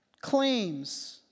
claims